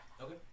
Okay